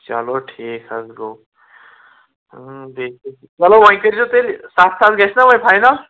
چلو ٹھیٖک حظ گوٚو بیٚیہِ چلو وۅنۍ کٔرۍ زیٚو تیٚلہِ سَتھ ساس گژھِ نا وۅنۍ فاینَل